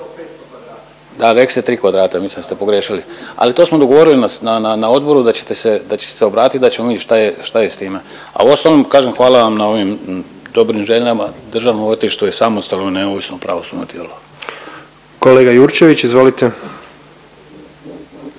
da rekli ste 3 kvadrata, mislim da ste pogriješili, ali to smo dogovorili na odboru da ćete se obratiti, da ćemo vidjet šta je, šta je s time. A u ostalom hvala vam na ovim dobrim željama. Državno odvjetništvo je samostalno neovisno pravosudno tijelo. **Jandroković, Gordan